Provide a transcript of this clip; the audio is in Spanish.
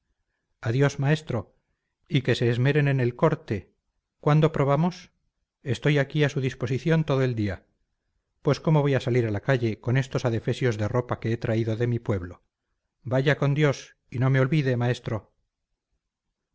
a estas sorpresas adiós maestro y que se esmeren en el corte cuándo probamos estoy aquí a su disposición todo el día pues cómo voy a salir a la calle con estos adefesios de ropa que he traído de mi pueblo vaya con dios y no me olvide maestro